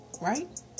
Right